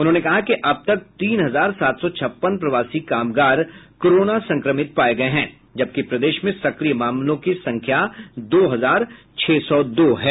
उन्होंने कहा कि अब तक तीन हजार सात सौ छप्पन प्रवासी कामगार कोरोना संक्रमित पाये गये हैं जबकि प्रदेश में सक्रिय मामलों की संख्या दो हजार छह सौ दो है